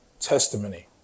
testimony